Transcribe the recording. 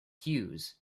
hughes